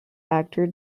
actor